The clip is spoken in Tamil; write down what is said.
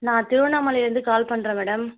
நான் திருவண்ணாமலைலந்து கால் பண்ணுறேன் மேடம்